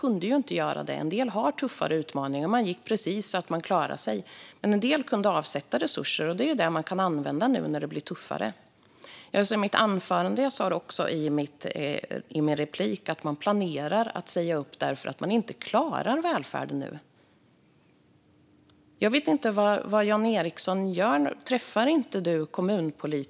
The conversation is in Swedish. Inte alla, för alla kunde inte göra det; en del gick precis så att de klarade sig. Men en del kunde avsätta resurser, och det är det man kan använda nu när det blir tuffare. Jag sa i mitt anförande och även i min replik att man planerar att säga upp därför att man inte klarar välfärden nu. Jag vet inte vad Jan Ericson gör.